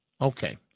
Okay